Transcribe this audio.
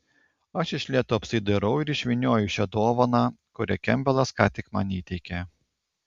aš iš lėto apsidairau ir išvynioju šią dovaną kurią kempbelas ką tik man įteikė